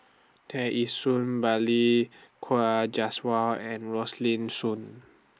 Tear Ee Soon Balli Kaur Jaswal and Rosaline Soon